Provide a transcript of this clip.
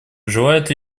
желает